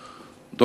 לאט-לאט.